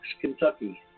Kentucky